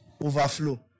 overflow